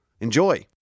Enjoy